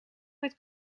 met